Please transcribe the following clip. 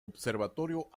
observatorio